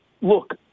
look